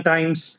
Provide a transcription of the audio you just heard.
Times